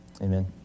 Amen